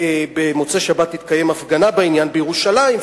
ובמוצאי-שבת תתקיים הפגנה בעניין בירושלים.